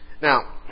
Now